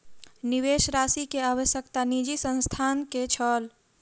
निवेश राशि के आवश्यकता निजी संस्थान के छल